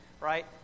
right